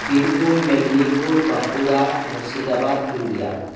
Birbhum Medinipur Bankura Murshidabad Purulia